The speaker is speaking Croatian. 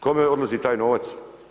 Kome odlazi taj novac?